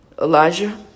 Elijah